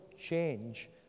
change